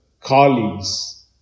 colleagues